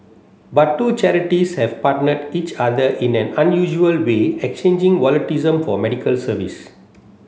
but two charities have partnered each other in an unusual way exchanging volunteerism for medical service